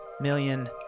million